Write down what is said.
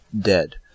dead